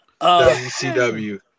WCW